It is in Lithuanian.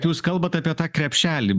jūs kalbat apie tą krepšelį